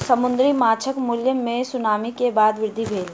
समुद्री माँछक मूल्य मे सुनामी के बाद वृद्धि भेल